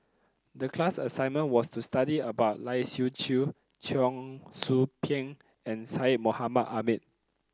the class assignment was to study about Lai Siu Chiu Cheong Soo Pieng and Syed Mohamed Ahmed